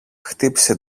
χτύπησε